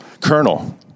Colonel